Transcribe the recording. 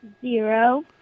zero